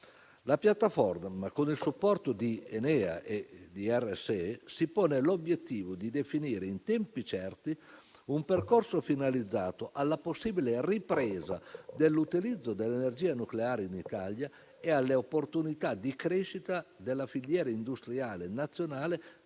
e di Ricerca per il sistema energetico (RSE), si pone l'obiettivo di definire in tempi certi un percorso finalizzato alla possibile ripresa dell'utilizzo dell'energia nucleare in Italia e alle opportunità di crescita della filiera industriale nazionale